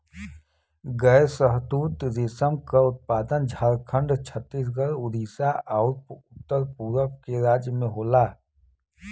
गैर शहतूत रेशम क उत्पादन झारखंड, छतीसगढ़, उड़ीसा आउर उत्तर पूरब के राज्य में होला